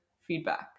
feedback